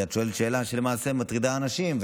כי את שואלת שאלה שלמעשה מטרידה אנשים,